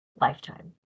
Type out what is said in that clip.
lifetime